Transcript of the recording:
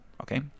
Okay